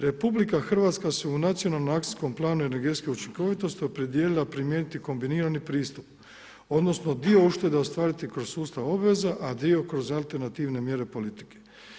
RH se u nacionalno akcijskom planu energecijske učinkovitosti opredijelila primijeniti kombinirani pristup, odnosno dio uštede ostvariti kroz sustav obveza, a dio kroz alternativne mjere politike.